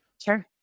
Sure